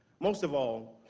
most of all,